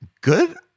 good